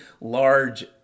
large